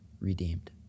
redeemed